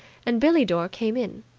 and billie dore came in.